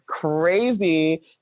crazy